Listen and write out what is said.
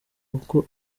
uko